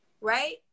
right